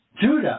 Judah